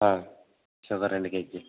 sugar రెండు కేజీలు